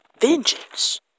Vengeance